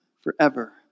forever